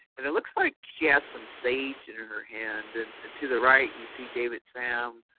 and it looks like she has some sage in her hand. and, to the right you see david sam.